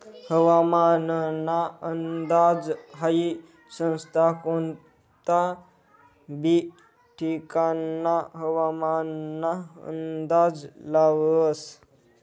हवामानना अंदाज हाई संस्था कोनता बी ठिकानना हवामानना अंदाज लावस